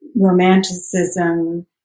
romanticism